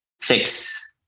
Six